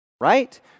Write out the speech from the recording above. right